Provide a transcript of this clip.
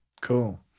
Cool